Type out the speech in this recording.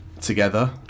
together